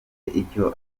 icyo